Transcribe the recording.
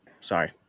Sorry